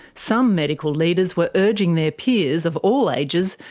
some medical leaders were urging their peers, of all ages,